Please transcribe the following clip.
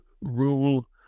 rule